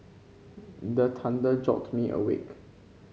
the thunder jolt me awake